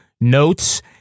notes